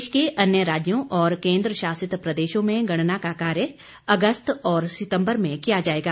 देश के अन्य राज्यों और कोन्द्रशासित प्रदेशों में गणना का कार्य अगस्त और सितंबर में किया जाएगा